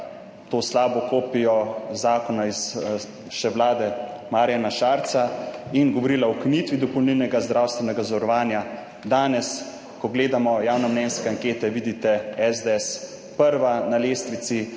to slabo kopijo zakona iz še Vlade Marjana Šarca in govorila o ukinitvi dopolnilnega zdravstvenega zavarovanja. Danes, ko gledamo javnomnenjske ankete, vidite, SDS prva na lestvici,